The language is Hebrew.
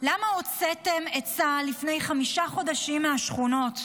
למה הוצאתם את צה"ל לפני חמישה חודשים מהשכונות?